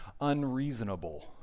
unreasonable